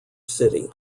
city